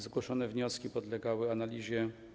Zgłoszone wnioski podlegały analizie.